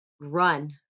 Run